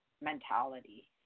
mentality